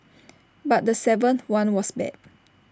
but the seventh one was bad